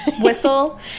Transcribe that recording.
whistle